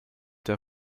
der